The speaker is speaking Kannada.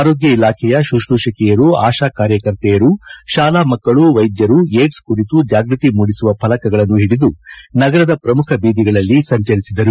ಆರೋಗ್ಯ ಇಲಾಖೆಯ ಶುಶೂಷಕಿಯರು ಆಶಾ ಕಾರ್ಯಕರ್ತೆಯರು ಶಾಲಾ ಮಕ್ಕಳು ವೈದ್ಯರು ಏಡ್ಸ್ ಕುರಿತು ಜಾಗೃತಿ ಮೂಡಿಸುವ ಫಲಕಗಳನ್ನು ಓಡಿದು ನಗರದ ಪ್ರಮುಖ ಬೀದಿಗಳಲ್ಲಿ ಸಂಚರಿಸಿದರು